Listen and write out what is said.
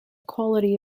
quality